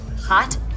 Hot